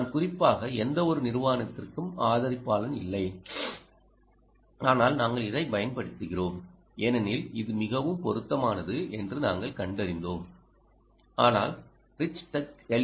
நான் குறிப்பாக எந்தவொரு நிறுவனத்திற்கும் ஆதரிப்பாளன் இல்லை ஆனால் நாங்கள் இதைப் பயன்படுத்துகிறோம் ஏனெனில் இது மிகவும் பொருத்தமானது என்று நாங்கள் கண்டறிந்தோம் ஆனால் ரிச்டெக் எல்